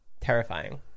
Terrifying